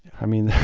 i mean,